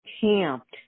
camped